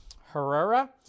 Herrera